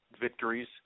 victories